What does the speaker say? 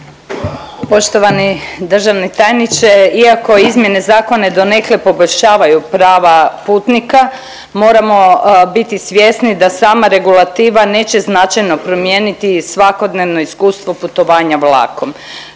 Poštovani državni tajniče iako izmjene zakona donekle poboljšavaju prava putnika moramo biti svjesni da sama regulativa neće značajno promijeniti svakodnevno iskustvo putovanja vlakom.